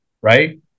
right